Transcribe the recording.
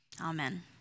Amen